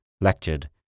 lectured